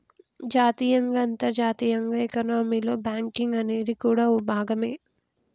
జాతీయంగా అంతర్జాతీయంగా ఎకానమీలో బ్యాంకింగ్ అనేది కూడా ఓ భాగమే